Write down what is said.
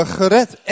gered